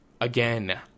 again